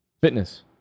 Fitness